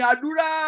Adura